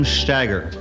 stagger